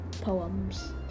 poems